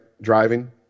driving